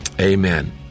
Amen